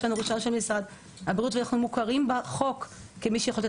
לנו רישיון של משרד הבריאות ואנחנו מוכרים בחוק כמי